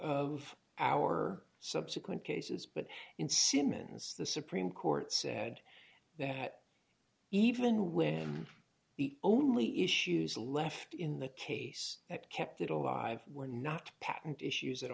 of our subsequent cases but in simmons the supreme court said that even when the only issues left in the case that kept it alive were not patent issues at